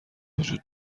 وجود